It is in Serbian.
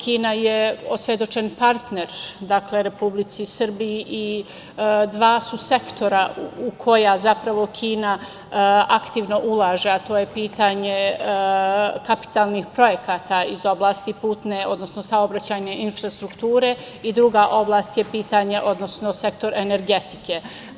Kina je osvedočen partner Republici Srbiji i dva su sektora u koja zapravo Kina aktivno ulaže, a to je pitanje kapitalnih projekata iz oblasti putne, odnosno saobraćajne infrastrukture i druga oblast je pitanje, odnosno sektor energetike.